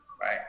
right